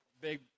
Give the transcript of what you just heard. Big